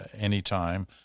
Anytime